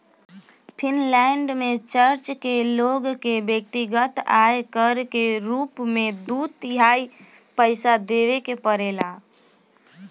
Finland में church के लोग के व्यक्तिगत आय कर के रूप में दू तिहाई पइसा देवे के पड़ेला